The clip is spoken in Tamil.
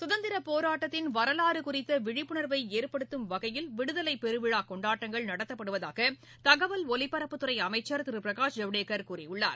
சுதந்திரப் போரட்டத்தின் வரலாறு குறித்த விழிப்புணா்வை ஏற்படுத்தும் வகையில் விடுதவைப் பெருவிழா கொண்டாட்டங்கள் நடத்தப்படுவதாக தகவல் ஒலிபரப்புத்துறை அமைச்ச் திரு பிரகாஷ் ஜவடேக்கர் கூறியுள்ளார்